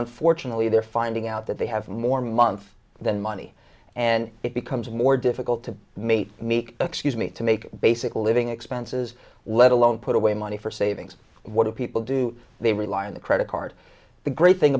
unfortunately they're finding out that they have more month than money and it becomes more difficult to meet meek excuse me to make basic living expenses let alone put away money for savings what do people do they rely on the credit card the great thing